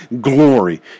glory